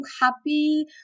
happy